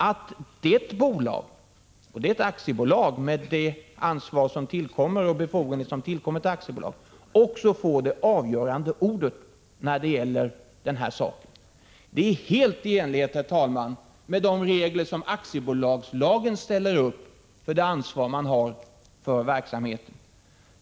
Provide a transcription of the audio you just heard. Det måste därför vara rimligt att programbolaget — och det är ett aktiebolag med det ansvar och de befogenheter som tillkommer ett sådant — får det avgörande ordet. Det är helt i enlighet med de regler som aktiebolagslagen ställer upp när det gäller ansvaret för verksamheten.